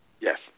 Yes